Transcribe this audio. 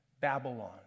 Babylon